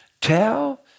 tell